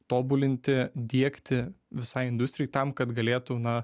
tobulinti diegti visai industrijai tam kad galėtų na